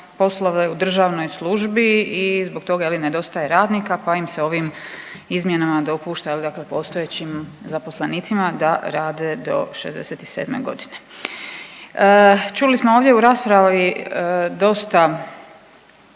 poslove u državnoj službi i zbog toga je li nedostaje radnika pa im se ovim izmjenama dopušta jel dakle postojećim zaposlenicima da rade do 67 godine. Čuli smo ovdje u raspravi dosta